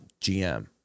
GM